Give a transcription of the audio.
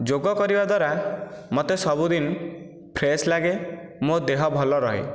ଯୋଗ କରିବା ଦ୍ଵାରା ମୋତେ ସବୁଦିନ ଫ୍ରେଶ୍ ଲାଗେ ମୋ ଦେହ ଭଲ ରହେ